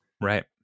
right